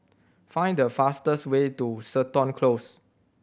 find the fastest way to Seton Close